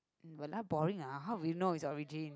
!walao! boring ah how would you know its origin